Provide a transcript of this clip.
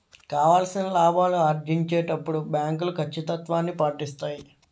కావాల్సిన లాభాలు ఆర్జించేటప్పుడు బ్యాంకులు కచ్చితత్వాన్ని పాటిస్తాయి